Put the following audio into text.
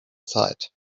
sight